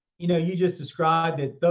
you know you just described it,